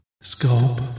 scope